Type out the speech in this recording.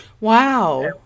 Wow